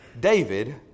David